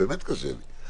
באמת קשה לי.